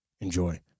Enjoy